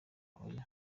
oya